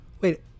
wait